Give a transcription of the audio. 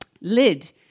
lid